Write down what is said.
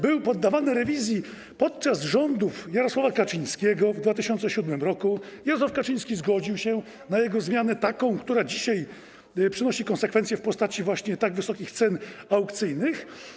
Był on poddawany rewizji podczas rządów Jarosława Kaczyńskiego w 2007 r. i Jarosław Kaczyński zgodził się na taką jego zmianę, która dzisiaj przynosi konsekwencje w postaci właśnie tak wysokich cen aukcyjnych.